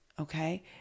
okay